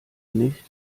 nicht